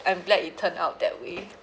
I'm glad it turned out that way